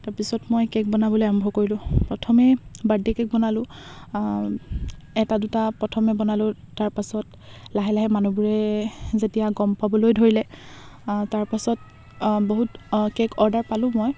তাৰপিছত মই কে'ক বনাবলৈ আৰম্ভ কৰিলোঁ প্ৰথমে বাৰ্থডে' কে'ক বনালোঁ এটা দুটা প্ৰথমে বনালোঁ তাৰপাছত লাহে লাহে মানুহবোৰে যেতিয়া গম পাবলৈ ধৰিলে তাৰপাছত বহুত কে'ক অৰ্ডাৰ পালো মই